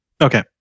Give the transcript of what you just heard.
Okay